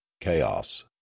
chaos